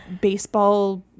Baseball